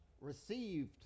received